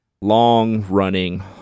long-running